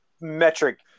metric